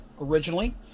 originally